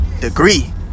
degree